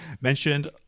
mentioned